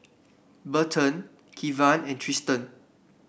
Burton Kevan and Triston